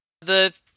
The-